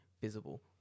visible